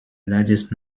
largest